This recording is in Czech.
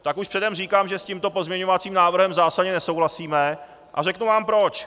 Tak už předem říkám, že s tímto pozměňovacím návrhem zásadně nesouhlasíme, a řeknu vám proč.